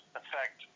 affect